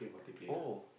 oh